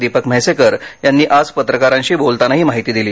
दीपक म्हैसेकर यांनी आज पत्रकारांशी बोलताना ही माहिती दिली